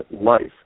life